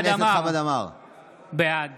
בעד